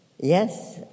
Yes